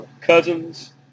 Cousins